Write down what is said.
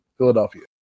Philadelphia